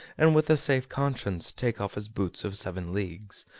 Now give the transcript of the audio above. and with a safe conscience, take off his boots of seven leagues,